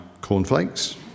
cornflakes